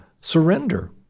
surrender